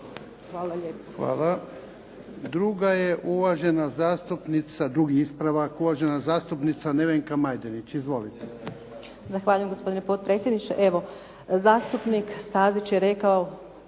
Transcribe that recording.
(HDZ)** Druga je uvažena zastupnica, drugi ispravak, uvažena zastupnica Nevenka Majdenić. Izvolite. **Majdenić, Nevenka (HDZ)** Zahvaljujem gospodine potpredsjedniče, evo zastupnik Stazić je rekao